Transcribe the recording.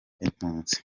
impunzi